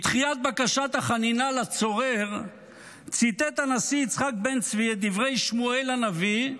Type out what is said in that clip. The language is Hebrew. בדחיית בקשת החנינה לצורר ציטט הנשיא יצחק בן צבי את דברי שמואל הנביא,